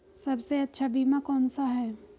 सबसे अच्छा बीमा कौनसा है?